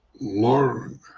learn